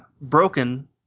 broken